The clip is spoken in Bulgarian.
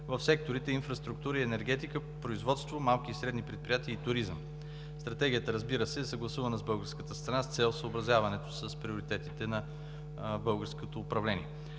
в секторите – инфраструктура и енергетика, производство, малки и средни предприятия и туризъм. Стратегията, разбира се, е съгласувана с българската страна, с цел съобразяването с приоритетите на българското управление.